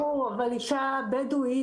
ברור, אבל אישה בדואית